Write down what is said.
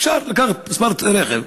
אפשר לקחת מספר כלי רכב,